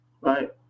right